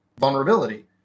vulnerability